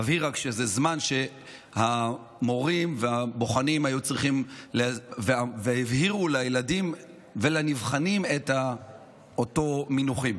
אבהיר רק שזה זמן שהמורים והבוחנים הבהירו לנבחנים את אותם מונחים.